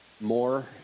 more